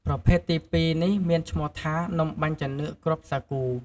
ប្រភេទទីពីរនេះមានឈ្មោះថា នំបាញ់ចានឿកគ្រាប់សាគូ។